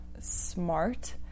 smart